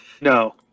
No